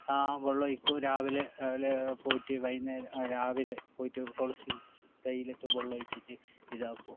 വെള്ളം ഒഴിക്കും രാവിലെ രാവിലെ പോയിട്ട് വൈകുന്നേരം രാവിലെ പോയിട്ട് തുളസി തൈയ്യിലൊക്കെ വെള്ളം ഒഴിച്ചിട്ട് ഇതാക്കും